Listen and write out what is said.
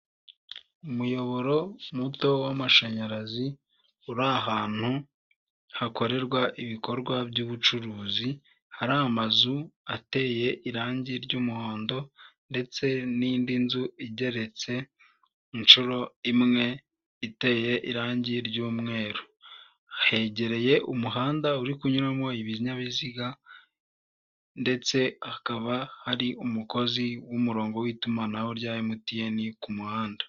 Umuyoboro muto w'amashanyarazi uri ahantu hakorerwa ibikorwa by'ubucuruzi, hari amazu ateye irangi ry'umuhondo ndetse n'indi nzu igeretse inshuro imwe iteye irangi ry'umweru, hegereye umuhanda uri kunyuramo ibinyabiziga, ndetse hakaba hari umukozi w'umurongo w'itumanaho rya Emutiyeni ku muhanda.